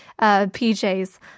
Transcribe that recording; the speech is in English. PJs